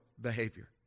behavior